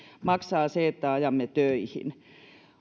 maksaa se että ajamme töihin